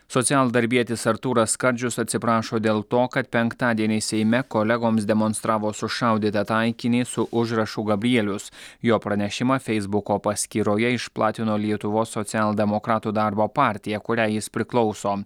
socialdarbietis artūras skardžius atsiprašo dėl to kad penktadienį seime kolegoms demonstravo sušaudytą taikinį su užrašu gabrielius jo pranešimą feisbuko paskyroje išplatino lietuvos socialdemokratų darbo partija kuriai jis priklauso